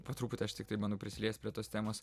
po truputį aš tiktai bandau prisiliest prie tos temos